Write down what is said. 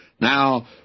Now